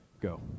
go